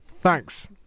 Thanks